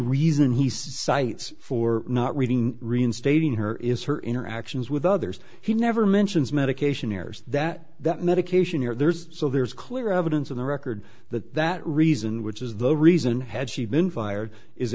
reason he cites for not reading reinstating her is her interactions with others he never mentions medication errors that that medication errors so there is clear evidence on the record that that reason which is the reason had she been fired is